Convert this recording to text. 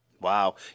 Wow